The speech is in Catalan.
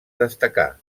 destacà